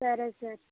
సరే సార్